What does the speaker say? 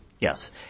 Yes